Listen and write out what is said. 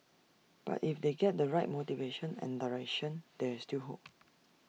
but if they get the right motivation and direction there's still hope